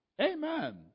Amen